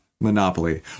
monopoly